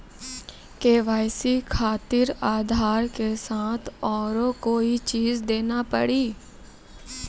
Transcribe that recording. KYC खातिर आधार के साथ औरों कोई चीज देना पड़ी?